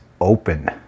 open